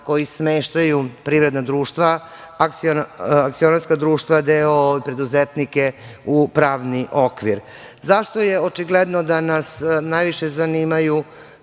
koji smeštaju privredna društva, akcionarska društva, d.o.o preduzetnike u pravni okvir.Zašto je očigledno da nas najviše zanimaju